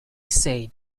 said